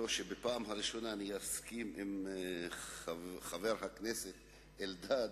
זאת הפעם הראשונה שאסכים עם חבר הכנסת אלדד,